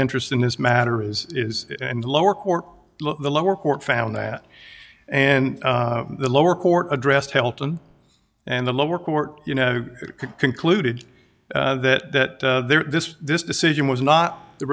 interest in this matter is is and lower court the lower court found that and the lower court addressed helton and the lower court you know concluded that this this decision was not the